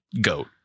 goat